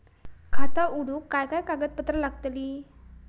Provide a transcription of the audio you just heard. खाता उघडूक काय काय कागदपत्रा लागतली?